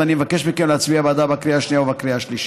ואני מבקש מכם להצביע בעדה בקריאה השנייה ובקריאה השלישית.